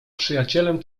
przyjacielem